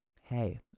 Hey